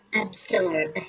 absorb